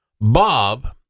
Bob